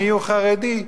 מיהו חרדי?